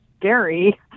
scary